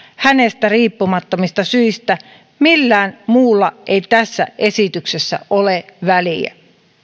hänestä riippumattomista syistä millään muulla ei tässä esityksessä ole väliä